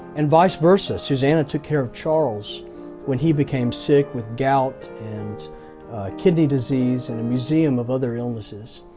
and vice versa. susannah took care of charles when he became sick with gout, and kidney disease, and a museum of other illnesses.